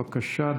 בבקשה,